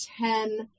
ten